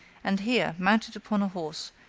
and here, mounted upon a horse,